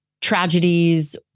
tragedies